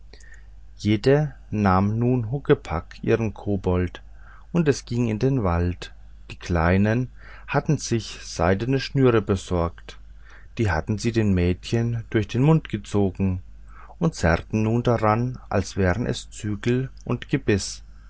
jede nahm nun huckepack ihren kobold und es ging in den wald die kleinen hatten sich seidne schnüre besorgt die hatten sie den mädchen durch den mund gezogen und zerrten nun daran als wären es zügel und gebiß